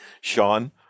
sean